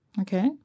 Okay